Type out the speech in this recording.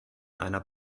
einer